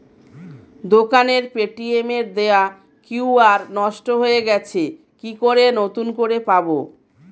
দোকানের পেটিএম এর দেওয়া কিউ.আর নষ্ট হয়ে গেছে কি করে নতুন করে পাবো?